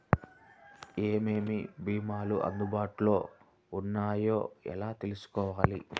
ఏమేమి భీమాలు అందుబాటులో వున్నాయో ఎలా తెలుసుకోవాలి?